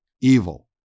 evil